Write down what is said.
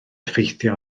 effeithio